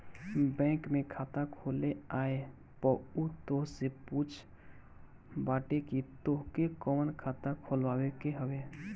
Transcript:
bank में खाता खोले आए पअ उ तोहसे पूछत बाटे की तोहके कवन खाता खोलवावे के हवे